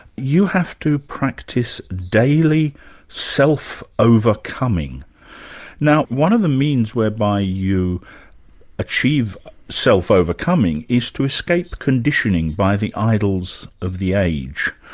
you have to practice daily self-overcoming. now one of the means whereby you achieve self-overcoming, is to escape conditioning by the idols of the age.